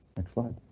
next slide.